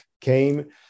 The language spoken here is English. came